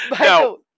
No